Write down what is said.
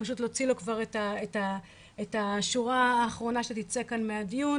ופשוט להוציא לו כבר את השורה האחרונה שתצא כאן מהדיון,